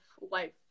life